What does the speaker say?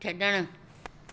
छड॒णु